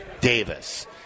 Davis